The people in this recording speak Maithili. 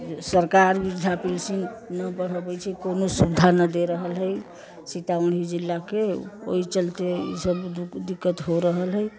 सरकार वृद्धा पेन्शन नहि बढ़बैत छै कोनो सुविधा नहि दे रहल हइ सीतामढ़ी जिलाके ओहि चलते ई सभ दिक्कत हो रहल हइ